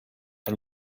and